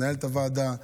מנהלת הוועדה.